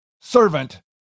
servant